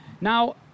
Now